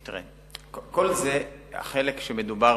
תראה, כל זה החלק, מדובר